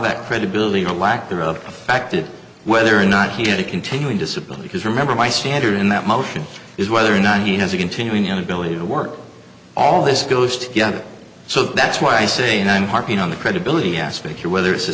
that credibility or lack thereof affected whether or not he had a continuing disability because remember my standard in that motion is whether in he has a continuing inability to work all this goes together so that's why i say and i'm harping on the credibility aspect here whether it's a